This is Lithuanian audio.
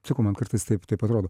sakau man kartais taip taip atrodo